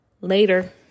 later